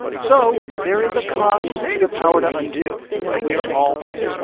so there is a cost to the power to undo that we are all paying